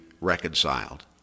reconciled